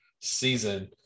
season